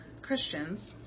Christians